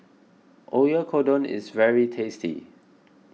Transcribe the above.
Oyakodon is very tasty